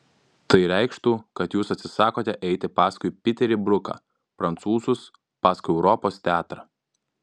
tai reikštų kad jūs atsisakote eiti paskui piterį bruką prancūzus paskui europos teatrą